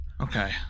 Okay